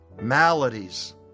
maladies